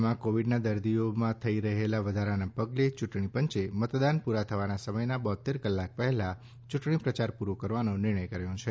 રાજ્યમાં કોવિડના દર્દીઓમાં થઈ રહેલા વધારાના પગલે યૂંટણી પંચે મતદાન પૂરા થવાના સમયના બોત્તેર કલાક પહેલા ચૂંટણી પ્રચાર પૂરો કરવાનો નિર્ણય કર્યો છે